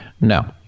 no